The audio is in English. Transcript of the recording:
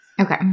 Okay